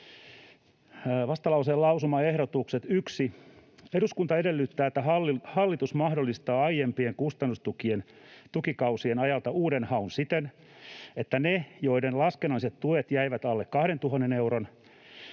”Vastalauseen lausumaehdotukset: 1. Eduskunta edellyttää, että hallitus mahdollistaa aiempien kustannustukien tukikausien ajalta uuden haun siten, että ne, joiden laskennalliset tuet jäivät alle 2 000 euron